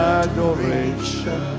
adoration